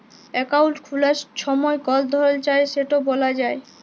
account খুলার ছময় কল ধরল চায় সেট ব্যলা যায়